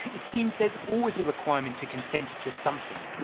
it seems there's always a requirement to consent to something.